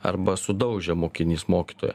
arba sudaužė mokinys mokytoją